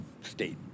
state